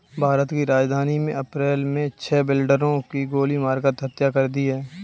भारत की राजधानी में अप्रैल मे छह बिल्डरों की गोली मारकर हत्या कर दी है